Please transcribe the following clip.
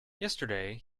yesterday